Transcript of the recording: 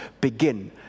begin